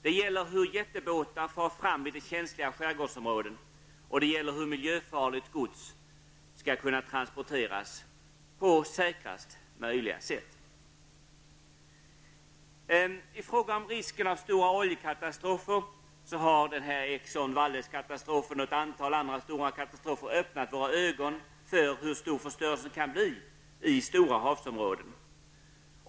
Det gäller hur jättebåtar far fram i känsliga skärgårdsområden och det gäller hur miljöfarligt gods skall kunna transporteras på säkrast möjliga sätt. I fråga om risken för stora oljekatastrofer har Exxon Waldes-katastrofen och ett antal andra stora katastrofer öppnat våra ögon för hur stor förstörelsen kan bli i stora havsområden.